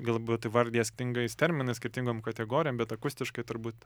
galbūt įvardija stingais terminais skirtingom kategorijom bet akustiškai turbūt